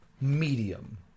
medium